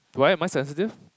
do I am I sensitive